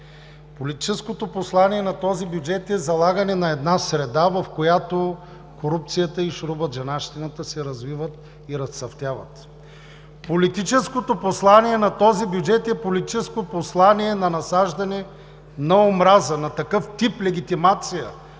Политическото послание на този бюджет е залагане на една среда, в която корупцията и шуробаджанащината се развиват и разцъфтяват. Политическото послание на този бюджет е политическо послание на насаждане на омраза, на такъв тип легитимация,